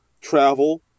travel